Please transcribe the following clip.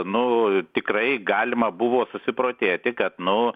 nu tikrai galima buvo susiprotėti kad nu